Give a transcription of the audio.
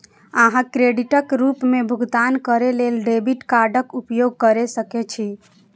अहां क्रेडिटक रूप मे भुगतान करै लेल डेबिट कार्डक उपयोग कैर सकै छी